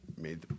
made